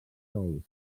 tous